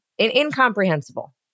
Incomprehensible